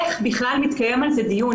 איך בכלל מתקיים על זה דיון?